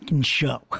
show